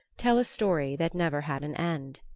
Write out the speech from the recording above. tell a story that never had an end.